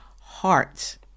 hearts